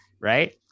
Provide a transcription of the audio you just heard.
right